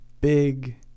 big